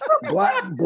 Black